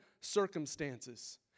circumstances